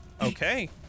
Okay